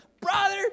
Brother